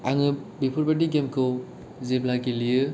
आङो बेफोर बादि गेमखौ जेब्ला गेलेयो